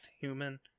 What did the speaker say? human